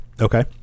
okay